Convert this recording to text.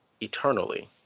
eternally